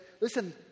listen